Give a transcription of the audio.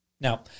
Now